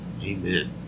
amen